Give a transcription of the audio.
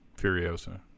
Furiosa